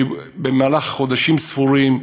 במהלך חודשים ספורים,